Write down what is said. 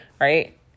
right